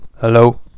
Hello